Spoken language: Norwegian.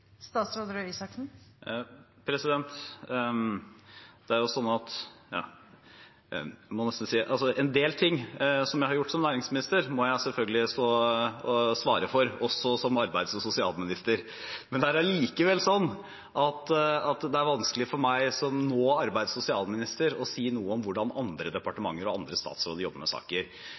En del ting som jeg har gjort som næringsminister, må jeg selvfølgelig svare for også som arbeids- og sosialminister. Det er likevel vanskelig for meg nå som arbeids- og sosialminister å si noe om hvordan andre departementer og statsråder jobber med saker.